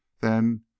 Then